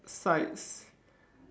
sights